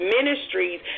ministries